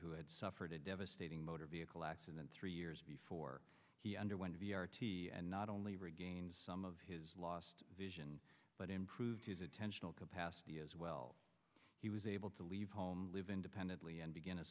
who had suffered a devastating motor vehicle accident three years before he underwent v r t and not only regain some of his lost vision but improved his attentional capacity as well he was able to leave home live independently and begin